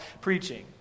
preaching